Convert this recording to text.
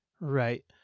Right